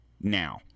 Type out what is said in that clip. Now